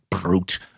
brute